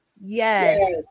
Yes